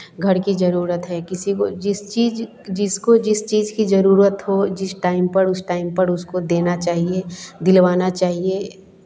घर की ज़रूरत है किसी को वो जिस चीज़ जिसको जिस चीज़ की ज़रूरत हो जिस टाइम पर उस टाइम पर उसको देना चाहिए दिलवाना चाहिए